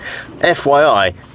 FYI